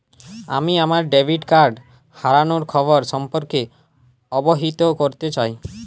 আমি আমার debit card হারানোর খবর সম্পর্কে অবহিত করতে চাই